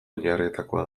oinarrietakoa